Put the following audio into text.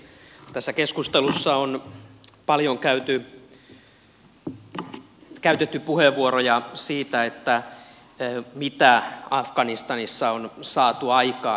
tässä keskustelussa on paljon käytetty puheenvuoroja siitä mitä afganistanissa on saatu aikaan